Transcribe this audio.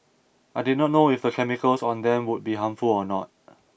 I did not know if the chemicals on them would be harmful or not